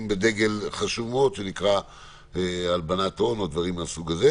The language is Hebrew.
בדגל חשוב מאוד שנקרא הלבנת הון או דברים מהסוג הזה.